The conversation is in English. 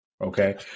Okay